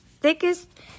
thickest